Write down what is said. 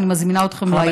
אני מזמינה אתכם לעיין בכך.